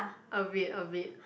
a bit a bit